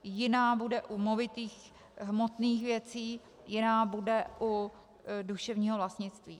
Jiná bude u movitých hmotných věcí, jiná bude u duševního vlastnictví.